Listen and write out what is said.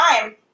time